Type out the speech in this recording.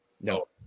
No